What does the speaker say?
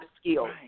skills